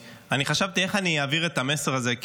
חשבתי איך אני אעביר את המסר הזה,